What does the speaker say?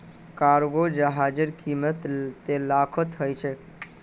cargo जहाजेर कीमत त लाखत ह छेक